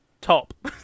top